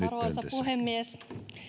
arvoisa puhemies